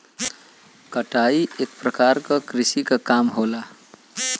कटाई एक परकार क कृषि क काम होला